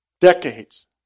decades